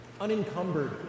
unencumbered